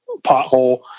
pothole